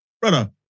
Brother